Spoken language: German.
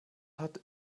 hat